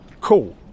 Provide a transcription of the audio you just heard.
cool